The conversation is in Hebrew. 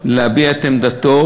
להביע את עמדתו,